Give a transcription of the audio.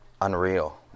unreal